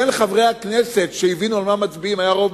בין חברי הכנסת שהבינו על מה מצביעים היה רוב